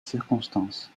circonstances